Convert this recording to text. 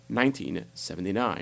1979